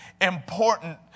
important